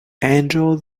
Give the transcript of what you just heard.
angel